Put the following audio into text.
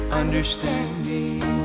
understanding